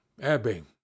ebbing